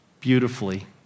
beautifully